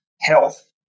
health